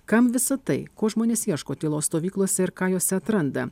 kam visa tai ko žmonės ieško tylos stovyklose ir ką jose atranda